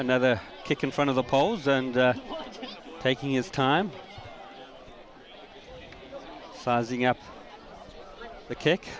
another kick in front of the polls and taking his time sizing up the kick